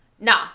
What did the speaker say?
Nah